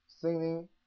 singing